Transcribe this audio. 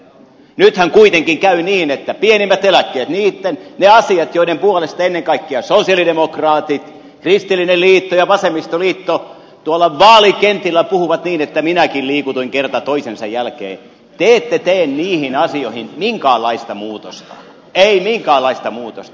nythän kuitenkin käy niin että pienimpiin eläkkeisiin niihin asioihin joiden puolesta ennen kaikkea sosialidemokraatit kristillisdemokraatit ja vasemmistoliitto tuolla vaalikentillä puhuivat niin että minäkin liikutuin kerta toisensa jälkeen te ette tee minkäänlaista muutosta ei minkäänlaista muutosta